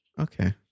Okay